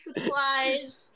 supplies